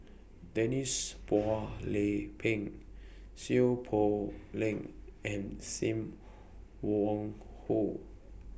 Denise Phua Lay Peng Seow Poh Leng and SIM Wong Hoo